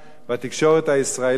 בצורה שלא היתה